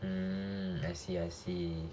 um I see I see